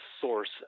source